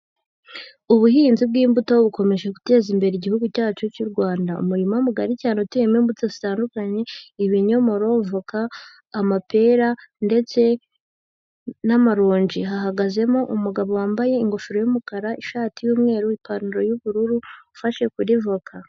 Ubuhinzi bw'imbuto bukomeje guteza imbere Igihugu cyacu cy'u Rwanda. Umurima mugari cyane uteyemo imbuto zitandukanye, ibinyomoro, voka, amapera ndetse n'amaronji. Hahagazemo umugabo wambaye ingofero y'umukara, ishati y'umweru, ipantaro y'ubururu, ufashe kuri voka.